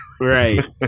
Right